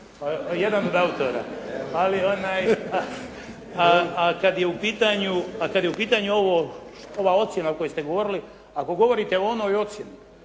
Jedan od autora. A kad je u pitanju ova ocjena o kojoj ste govorili, ako govorite o onoj ocjeni